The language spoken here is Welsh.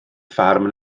ffarm